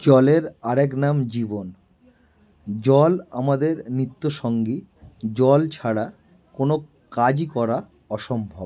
জলের আরেক নাম জীবন জল আমাদের নিত্য সঙ্গী জল ছাড়া কোনো কাজই করা অসম্ভব